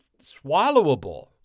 swallowable